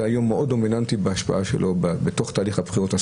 היום דבר דומיננטי מאוד בהשפעה שלו בתוך תהליך הבחירות.